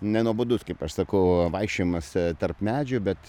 nenuobodus kaip aš sakau vaikščiojimas tarp medžių bet